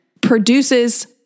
produces